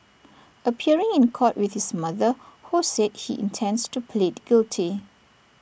appearing in court with his mother ho said he intends to plead guilty